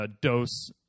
dose